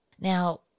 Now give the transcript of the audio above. Now